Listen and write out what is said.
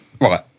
Right